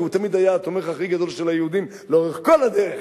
כי הוא תמיד היה התומך הכי גדול של היהודים לאורך כל הדרך.